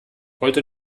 wollte